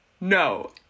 No